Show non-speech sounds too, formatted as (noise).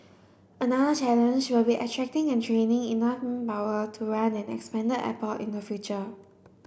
another challenge will be attracting and training enough (unintelligible) power to run an expanded airport in the future